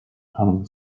panama